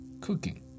cooking